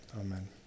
Amen